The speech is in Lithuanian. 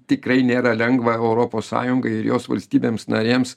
tikrai nėra lengva europos sąjungai ir jos valstybėms narėms